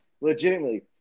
legitimately